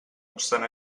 obstant